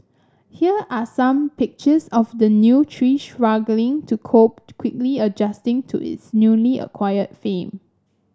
here are some pictures of the new tree struggling to cope quickly adjusting to its newly acquired fame